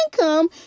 income